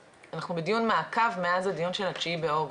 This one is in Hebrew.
בדיון מעקב מאז הדיון של התשעה באוגוסט,